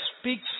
speaks